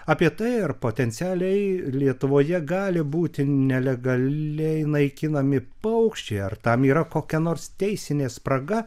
apie tai ar potencialiai lietuvoje gali būti nelegaliai naikinami paukščiai ar tam yra kokia nors teisinė spraga